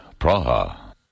Praha